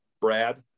Brad